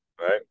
right